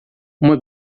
uma